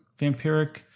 vampiric